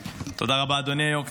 רבה, אדוני היו"ר.